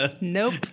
Nope